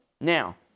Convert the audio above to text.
Now